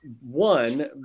One